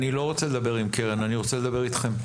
אני לא רוצה לדבר עם קרן, אני רוצה לדבר איתכם.